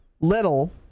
little